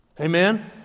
Amen